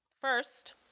First